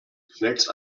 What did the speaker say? zunächst